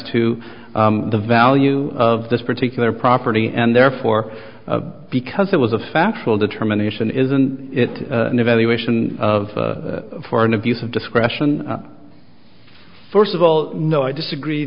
to the value of this particular property and therefore because it was a factual determination isn't it an evaluation of for an abuse of discretion first of all no i disagree